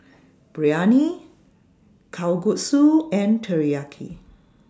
Biryani Kalguksu and Teriyaki